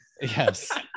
Yes